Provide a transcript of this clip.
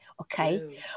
Okay